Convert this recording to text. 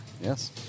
Yes